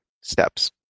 steps